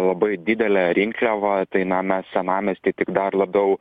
labai didele rinkliava tai na mes senamiestį tik dar labiau